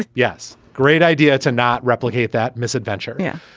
yes great idea to not replicate that misadventure. yeah,